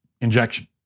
injection